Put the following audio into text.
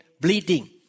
bleeding